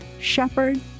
shepherd